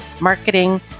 marketing